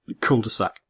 cul-de-sac